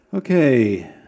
Okay